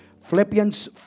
Philippians